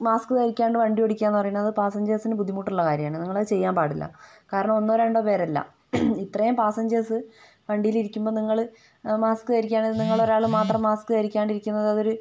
mask ധരിക്കാണ്ട് വണ്ടി ഓടിക്കുക എന്ന് പറയുന്നത് പാസ്സഞ്ചേഴ്സിന് ബുദ്ധിമുട്ടുള്ള ഒരു കാര്യമാണ് നിങ്ങളത് ചെയ്യാൻ പാടില്ല കാരണം ഒന്നോ രണ്ടോ പേരല്ല ഇത്രേം പാസ്സഞ്ചേഴ്സ് വണ്ടീലിരിക്കുമ്പോ നിങ്ങള് മാസ്ക് ധരിക്കാണ്ട് നിങ്ങളൊരാള് മാത്രം മാസ്ക് ധരിക്കാണ്ട് ഇരിക്കുന്നത് അതൊരു